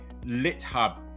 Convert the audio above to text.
LitHub